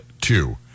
two